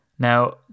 Now